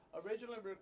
originally